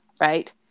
right